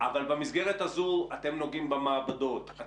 אבל במסגרת הזאת אתם נוגעים במעבדות,